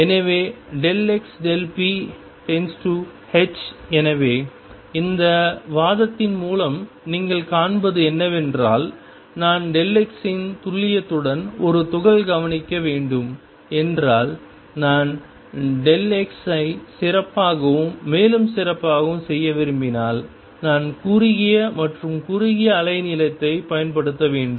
எனவே Δxp∼h எனவே இந்த வாதத்தின் மூலம் நீங்கள் காண்பது என்னவென்றால் நான் x இன் துல்லியத்துடன் ஒரு துகள் கவனிக்க வேண்டும் என்றால் நான் x ஐ சிறப்பாகவும் மேலும் சிறப்பாகவும் செய்ய விரும்பினால் நான் குறுகிய மற்றும் குறுகிய அலைநீளத்தைப் பயன்படுத்த வேண்டும்